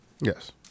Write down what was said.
Yes